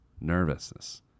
nervousness